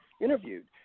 interviewed